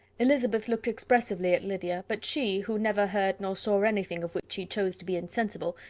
elizabeth looked expressively at lydia but she, who never heard nor saw anything of which she chose to be insensible,